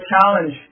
challenge